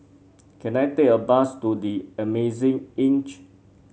can I take a bus to The Amazing Inn